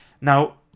Now